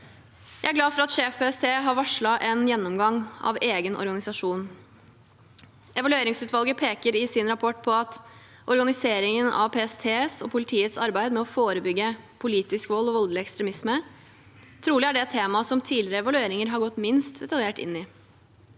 Jeg er glad for at sjef PST har varslet en gjennomgang av egen organisasjon. Evalueringsutvalget peker i sin rapport på at organiseringen av PSTs og politiets arbeid med å forebygge politisk vold og voldelig ekstremisme trolig er det temaet som tidligere evalueringer har gått minst detaljert inn i.